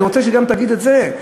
אני רוצה שגם אתה תגיד את זה,